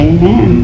Amen